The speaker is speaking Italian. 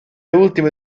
ultime